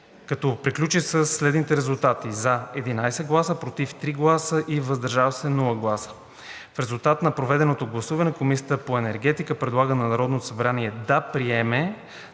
което приключи при следните резултати: „за“ – 11 гласа, „против“ – 3 гласа, и без „въздържали се“. В резултат на проведеното гласуване Комисията по енергетика предлага на Народното събрание да приеме